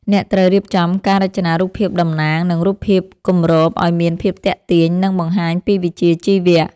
អ្នកត្រូវរៀបចំការរចនារូបភាពតំណាង និងរូបភាពគម្រប ឱ្យមានភាពទាក់ទាញ និងបង្ហាញពីវិជ្ជាជីវៈ។